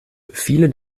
viele